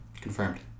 Confirmed